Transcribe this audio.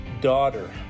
daughter